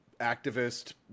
activist